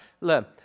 learn